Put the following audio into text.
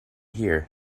here